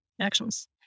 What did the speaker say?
actions